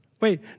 wait